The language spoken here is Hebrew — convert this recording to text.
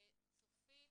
צופית.